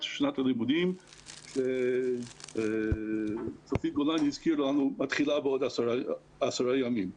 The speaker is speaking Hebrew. שנת הלימודים שצופית גולן הזכירה לנו שהיא מתחילה בעוד עשרה ימים.